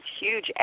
huge